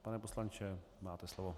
Pane poslanče, máte slovo.